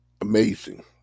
Amazing